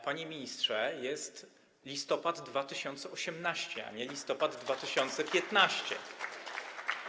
Panie ministrze, jest listopad 2018 r., a nie listopad 2015 r.